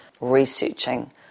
researching